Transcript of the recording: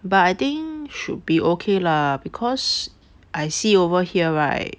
but I think should be okay lah because I see over here right